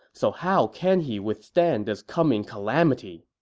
so how can he withstand this coming calamity?